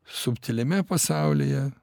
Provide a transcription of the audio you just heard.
subtiliame pasaulyje